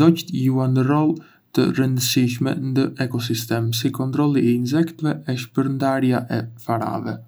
Zogjtë luajndë role të rëndësishme ndë ekosistem, si kontrolli i insekteve e shpërndarja e farave.